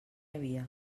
havia